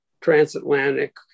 transatlantic